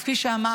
אז כפי שאמרנו,